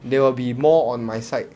they will be more on my side